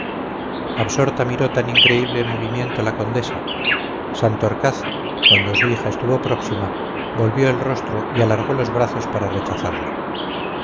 absorta miró tan increíble movimiento la condesa santorcaz cuando su hija estuvo próxima volvió el rostro y alargó los brazos para rechazarla